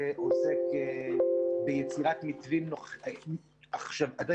שעוסק ביצירת מתווים ובודק איך עושים